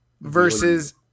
versus